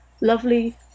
lovely